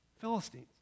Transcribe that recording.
Philistines